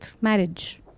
marriage